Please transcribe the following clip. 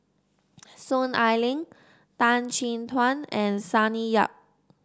Soon Ai Ling Tan Chin Tuan and Sonny Yap